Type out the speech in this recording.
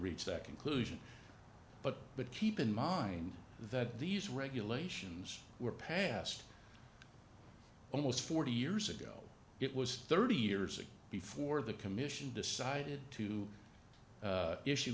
reach that conclusion but but keep in mind that these regulations were passed almost forty years ago it was thirty years ago before the commission decided to issue